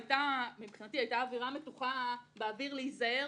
היתה אווירה מתוחה באוויר להיזהר,